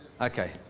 Okay